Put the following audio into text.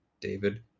David